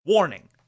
Warning